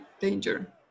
danger